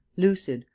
lucid,